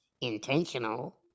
intentional